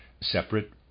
separate